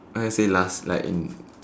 why you say last like in